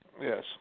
Yes